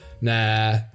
nah